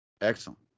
Excellent